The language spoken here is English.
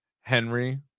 Henry